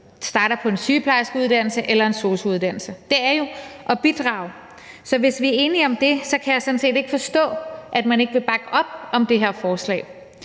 starter på en sygeplejerskeuddannelse eller en sosu-uddannelse; det er jo at bidrage. Så hvis vi er enige om det, kan jeg sådan set ikke forstå, at man ikke vil bakke op om det her forslag.